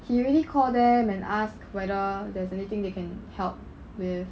he really call them and ask whether there's anything they can help with